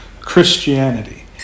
Christianity